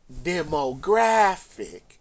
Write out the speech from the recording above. demographic